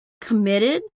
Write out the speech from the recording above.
committed